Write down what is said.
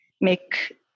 make